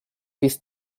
this